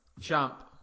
Champ